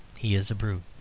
he is a brute.